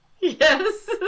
Yes